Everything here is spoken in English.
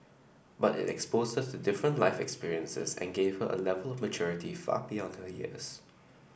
but it exposed her to different life experiences and gave her A Level of maturity far beyond her years